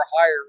higher